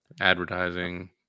advertising